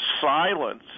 Silence